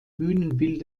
bühnenbild